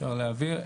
אפשר להעביר.